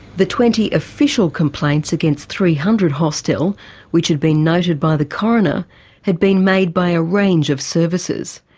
the twenty official complaints against three hundred hostel which had been noted by the coroner had been made by a range of services,